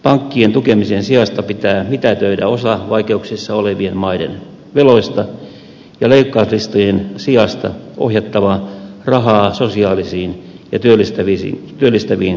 pankkien tukemisen sijasta pitää mitätöidä osa vaikeuksissa olevien maiden veloista ja leikkauslistojen sijasta on ohjattava rahaa sosiaalisiin ja työllistäviin tarkoituksiin